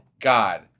God